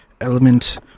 Element